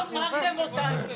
אתם מכרתם אותנו,